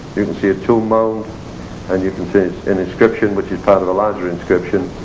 you can see a tomb mound and you can see an inscription which is part of a larger inscription.